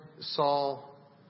Saul